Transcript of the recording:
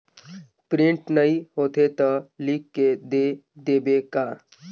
Print नइ होथे ता लिख के दे देबे का?